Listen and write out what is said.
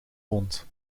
wond